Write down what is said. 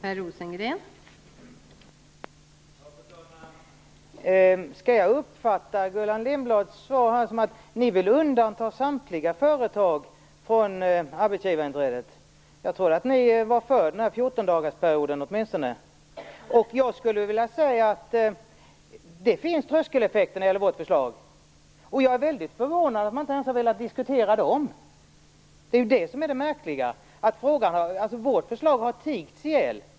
Fru talman! Skall jag uppfatta Gullan Lindblads svar här så att ni vill undanta samtliga företag från arbetsgivarinträdet? Jag trodde att ni åtminstone är för fjortondagarsperioden. Jag skulle vilja säga att det finns tröskeleffekter i vårt förslag, och jag är väldigt förvånad över att man inte ens har velat diskutera dem. Det märkliga är att vårt förslag har tigits ihjäl.